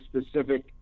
specific